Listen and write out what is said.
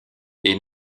est